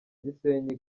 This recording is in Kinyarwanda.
gisenyi